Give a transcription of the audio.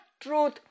truth